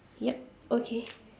yup okay